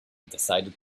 decided